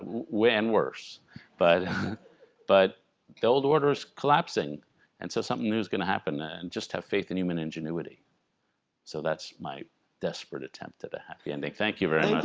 way and worse but but the old order is collapsing and so something new is gonna happen and just have faith in human ingenuity so that's my desperate attempt at a happy ending thank you very